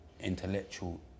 intellectual